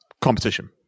competition